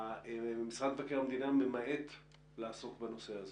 משרד מבקר המדינה ממעט לעסוק בנושא הזה.